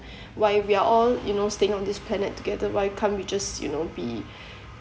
why we're all you know staying on this planet together why can't we just you know be